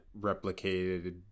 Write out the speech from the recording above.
replicated